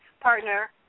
partner